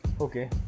okay